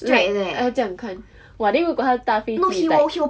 like 要这样看 !wah! then 如果他搭飞机 he's like